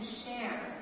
share